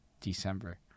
december